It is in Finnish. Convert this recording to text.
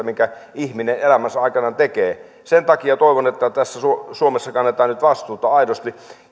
minkä ihminen elämänsä aikana tekee sen takia toivon että suomessa kannetaan nyt vastuuta aidosti